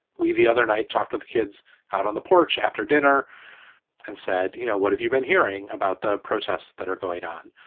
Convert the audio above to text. the other night, talk to the kids out on the porch after dinner and said, you know, what have you been hearing about the protests that are going on?